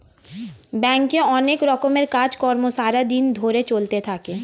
ব্যাংকে অনেক রকমের কাজ কর্ম সারা দিন ধরে চলতে থাকে